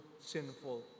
sinful